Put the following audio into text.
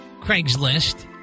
Craigslist